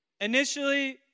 Initially